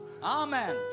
Amen